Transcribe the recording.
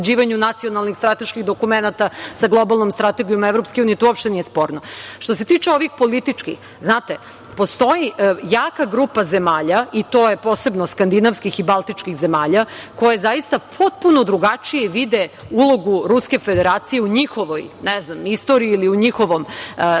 nacionalnih strateških dokumenata sa globalnom strategijom EU. To uopšte nije sporno. Što se tiče ovih političkih. Postoji jaka grupa zemalja, i to posebno skandinavskih i baltičkih zemalja koje potpuno drugačije vide ulogu Ruske Federacije u njihovoj istoriji ili u njihovom